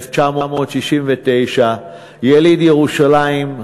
יליד ירושלים,